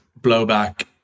blowback